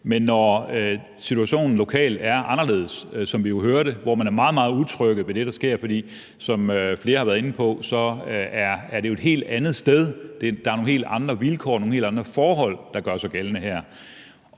Men når situationen lokalt er anderledes, som vi jo hører det, hvor man er meget, meget utrygge ved det, der sker – for som flere har været inde på, er det jo et helt andet sted, og der er nogle helt andre vilkår og nogle helt andre forhold, der gør sig gældende her